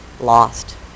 lost